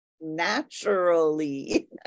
naturally